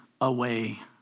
away